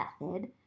method